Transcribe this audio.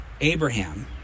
Abraham